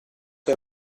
che